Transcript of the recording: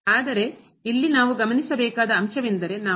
ಆದರೆ ಇಲ್ಲಿ ನಾವು ಗಮನಿಸಬೇಕಾದ ಅಂಶವೆಂದರೆ ನಾವು